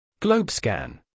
Globescan